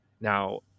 Now